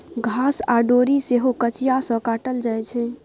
घास आ डोरी सेहो कचिया सँ काटल जाइ छै